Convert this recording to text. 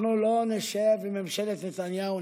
אנחנו לא נשב בממשלת נתניהו.